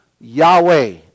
Yahweh